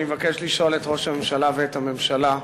אני מבקש לשאול את ראש הממשלה ואת הממשלה: